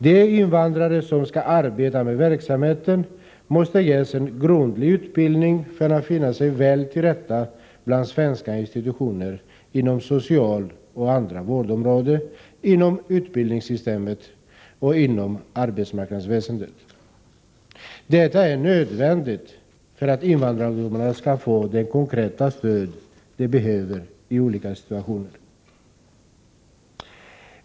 De invandrare som skall arbeta med denna verksamhet måste ges en grundlig utbildning för att de skall finna sig väl till rätta bland svenska institutioner, inom socialvård och andra vårdområden, utbildningssystem och arbetsmarknadsväsende. Detta är nödvändigt för att invandrarungdomarna skall få det konkreta stöd de behöver i olika situationer.